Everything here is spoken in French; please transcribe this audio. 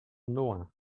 nohain